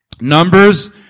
numbers